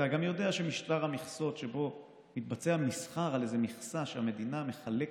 אתה גם יודע שמשטר המכסות שבו מתבצע מסחר על איזו מכסה שהמדינה מחלקת,